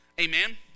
Amen